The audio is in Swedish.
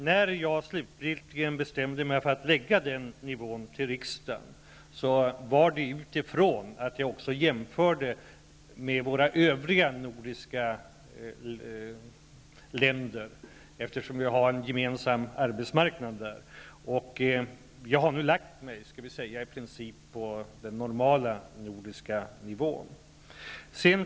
När jag skulle bestämma nivån i förslaget jämförde jag med de övriga nordiska länderna, eftersom vi har en gemensam arbetsmarknad. Jag har lagt mig på i princip den normala nordiska nivån.